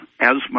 asthma